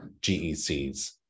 GECs